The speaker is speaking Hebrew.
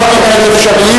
הדברים האלה אפשריים,